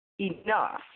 Enough